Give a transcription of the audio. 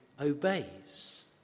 obeys